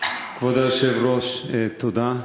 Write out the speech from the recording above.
כבוד היושב-ראש, תודה.